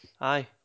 Aye